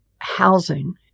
housing